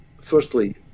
firstly